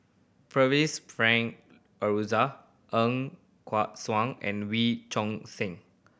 Percival Frank Aroozoo Ng Kat Suan and Wee Choon Seng